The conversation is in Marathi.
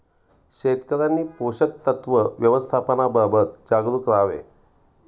शेतकऱ्यांनी पोषक तत्व व्यवस्थापनाबाबत जागरूक राहावे